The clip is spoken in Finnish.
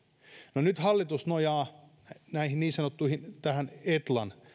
no nyt hallitus nojaa tähän niin sanottuun etlan